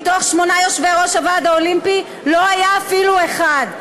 מתוך שמונה יושבי-ראש הוועד האולימפי לא היה אפילו אחד.